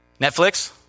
Netflix